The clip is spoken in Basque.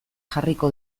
jarriko